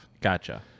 Gotcha